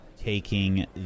taking